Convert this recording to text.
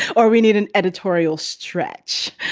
or we need an editorial stretch